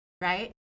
right